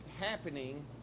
happening